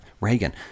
Reagan